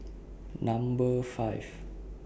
Number five